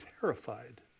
terrified